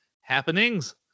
happenings